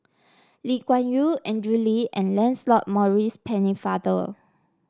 Lee Kuan Yew Andrew Lee and Lancelot Maurice Pennefather